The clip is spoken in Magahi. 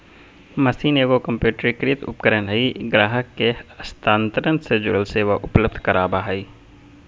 मशीन एगो कंप्यूटरीकृत उपकरण हइ ग्राहक के हस्तांतरण से जुड़ल सेवा उपलब्ध कराबा हइ